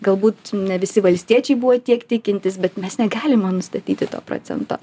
galbūt ne visi valstiečiai buvo tiek tikintys bet mes negalime nustatyti to procento